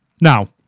Now